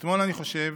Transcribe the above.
אתמול, אני חושב,